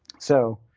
so